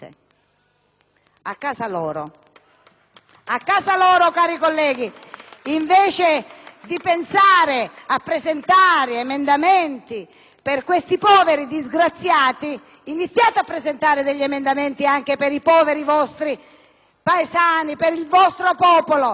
*(Applausi dal Gruppo LNP).* Invece di pensare a presentare emendamenti per questi poveri disgraziati, iniziate a presentare emendamenti anche per i poveri vostri paesani, per il vostro popolo!